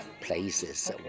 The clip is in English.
places